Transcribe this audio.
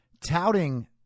touting